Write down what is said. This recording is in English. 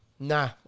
Nah